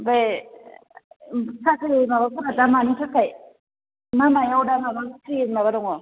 ओमफ्राय साख्रि माबाफोरा दा मानि थाखाय मा मायाव दा माबा दङ